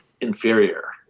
inferior